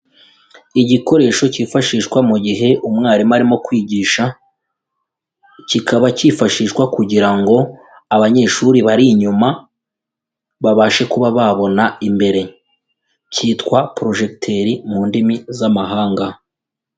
Igikoresho cyifashishwa mu gihe umwarimu arimo kwigisha, kikaba cyifashishwa kugira ngo abanyeshuri bari inyuma babashe kuba babona imbere, cyitwa porojegiteri mu ndimi z'amahanga.